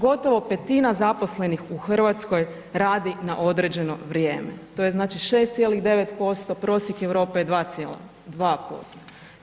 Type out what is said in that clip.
Gotovo 1/5 zaposlenih u Hrvatskoj radi na određeno vrijeme, to je znači 6,9%, prosjek Europe je 2,2%